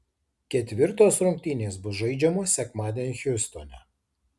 ketvirtos rungtynės bus žaidžiamos sekmadienį hjustone